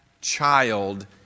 child